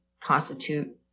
constitute